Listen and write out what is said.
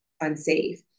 unsafe